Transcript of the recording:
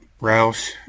Roush